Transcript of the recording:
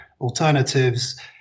alternatives